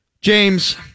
James